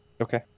Okay